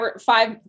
five